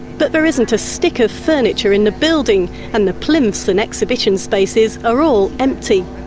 but there isn't a stick of furniture in the building and the plinths and exhibition spaces are all empty.